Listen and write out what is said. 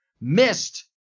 Missed